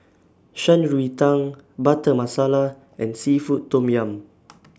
Shan Rui Tang Butter Masala and Seafood Tom Yum